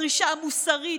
הדרישה המוסרית,